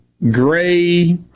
gray